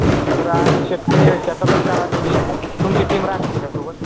हां सर आम्ही शेतकरी आहे शेतातच करायची होती तुमची टीम राहतील का सोबत